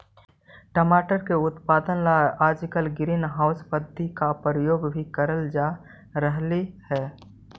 टमाटर की उत्पादन ला आजकल ग्रीन हाउस पद्धति का प्रयोग भी करल जा रहलई हे